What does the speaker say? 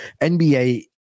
NBA